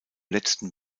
letzten